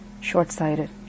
short-sighted